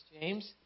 James